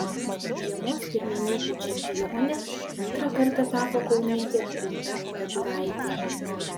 žiemos pirmenybių čempione antrą kartą tapo kaunietė rūta deduraitė